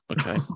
Okay